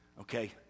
Okay